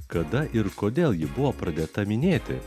kada ir kodėl ji buvo pradėta minėti